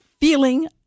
feeling